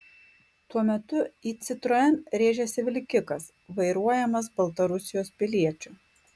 tuo metu į citroen rėžėsi vilkikas vairuojamas baltarusijos piliečio